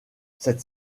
cette